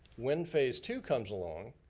when phase two comes along,